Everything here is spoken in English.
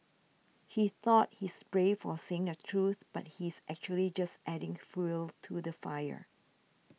he thought he's brave for saying the truth but he's actually just adding fuel to the fire